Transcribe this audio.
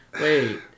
Wait